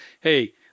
hey